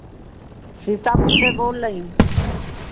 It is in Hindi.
सीतापुर से बोल रही